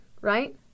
right